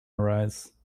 arise